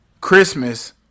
Christmas